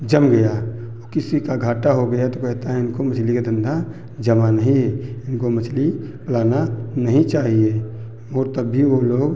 जम गया वो किसी का घाटा हो गया तो कहते हैं इनको मछली का धंधा जमा नहीं है इनको मछली पलाना नहीं चाहिए वो तब भी वो लोग